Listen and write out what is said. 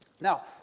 Now